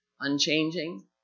unchanging